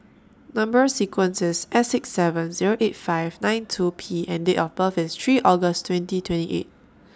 Number sequence IS S six seven Zero eight five nine two P and Date of birth IS three August twenty twenty eight